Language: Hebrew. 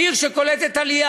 עיר עולים, עיר שקולטת עלייה.